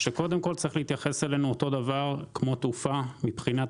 שצריך להתייחס אלינו בדיוק כמו שמתייחסים לתעופה.